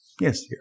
Yes